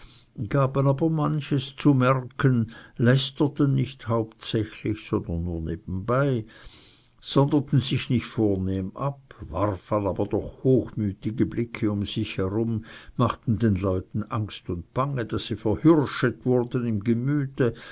aber manches zu merken lästerten nicht hauptsächlich sondern nur nebenbei sonderten sich nicht vornehm ab warfen aber doch hochmütige blicke um sich herum machten den leuten angst und bange daß sie verhürschet wurden im gemüte